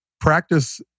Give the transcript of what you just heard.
practice